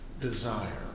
desire